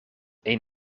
een